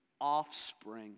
offspring